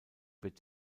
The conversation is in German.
wird